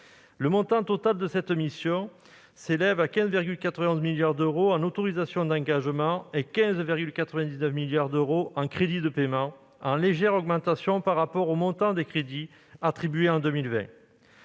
Le montant total de cette mission s'élève à 15,91 milliards d'euros en autorisations d'engagement et 15,99 milliards d'euros en crédits de paiement, en légère augmentation par rapport au montant des crédits attribués en 2020.